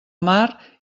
mar